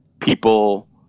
people